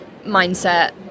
mindset